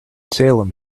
salem